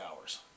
hours